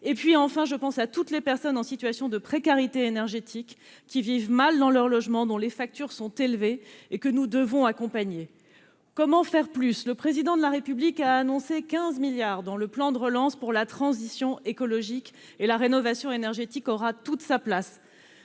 Enfin, je pense à toutes les personnes en situation de précarité énergétique, qui vivent mal dans leur logement, dont les factures sont élevées et que nous devons accompagner. Comment faire plus ? Le Président de la République a annoncé 15 milliards d'euros dans le plan de relance pour la transition écologique, au sein duquel la rénovation énergétique aura toute sa place.